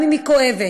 גם אם היא כואבת,